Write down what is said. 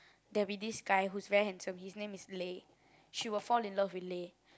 there is a guy who's very handsome his name is Lei she will fall in love with Lei